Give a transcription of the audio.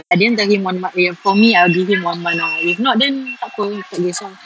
I didn't tell him one mon~ eh for me I'll give him one month ah if not then takpe tak kisah